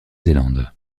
zélande